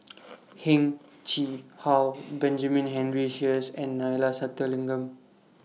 Heng Chee How Benjamin Henry Sheares and Neila Sathyalingam